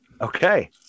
Okay